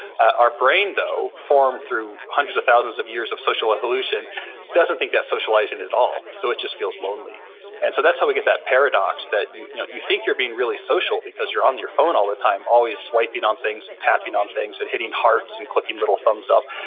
our brain, though, formed through hundreds of thousands of years of social evolution doesn't think that's socializing at all so it just feels lonely and so that's how we get that paradox that you you know you think you're being really social because you're on your phone all the time always swiping on things and tapping on things and hitting hearts and clicking little thumbs up,